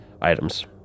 Items